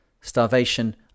Starvation